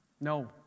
No